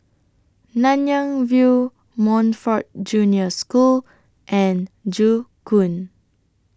Nanyang View Montfort Junior School and Joo Koon